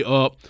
up